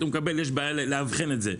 יש בעיה לאבחן את זה.